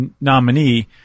nominee